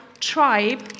tribe